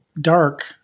dark